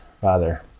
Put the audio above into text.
father